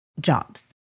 jobs